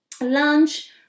lunch